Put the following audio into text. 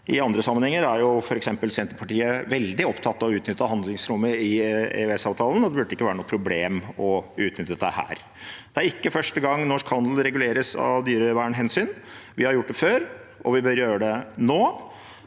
I andre sammenhenger er f.eks. Senterpartiet veldig opptatt av å utnytte handlingsrommet i EØS-avtalen, og det burde ikke være noe problem å utnytte det her. Det er ikke første gang norsk handel reguleres av dyrevernhensyn. Vi har gjort det før, og vi bør gjøre det nå.